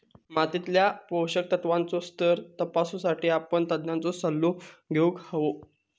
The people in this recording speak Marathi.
मातीतल्या पोषक तत्त्वांचो स्तर तपासुसाठी आपण तज्ञांचो सल्लो घेउक हवो